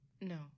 No